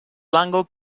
lango